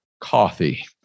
coffee